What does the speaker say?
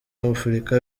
w’afurika